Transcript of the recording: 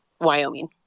Wyoming